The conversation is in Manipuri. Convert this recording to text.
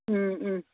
ꯎꯝ ꯎꯝ